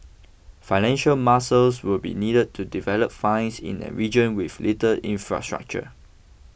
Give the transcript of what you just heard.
financial muscles will be needed to develop finds in a region with little infrastructure